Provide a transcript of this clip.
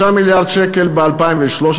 3 מיליארד שקל ב-2013